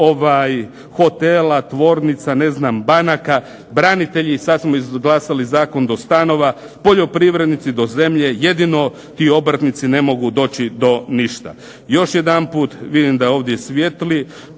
hotela, tvornica, ne znam banaka, branitelji, sad smo izglasali zakon do stanova, poljoprivrednici do zemlje, jedino ti obrtnici ne mogu doći do ništa. Još jedanput, vidim da ovdje svijetli,